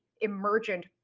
emergent